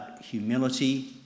humility